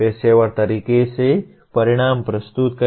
पेशेवर तरीके से परिणाम प्रस्तुत करें